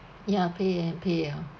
ya pay and pay ya